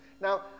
Now